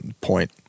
point